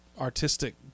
artistic